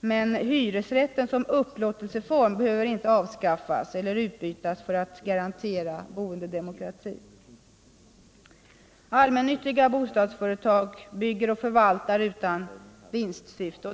Men hyresrätten som upplåtelseform behöver inte avskaffas eller utbytas för att garantera boendedemokratin. Allmännyttiga bostadsföretag bygger och förvaltar utan vinstsyfte.